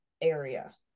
area